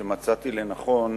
שמצאתי לנכון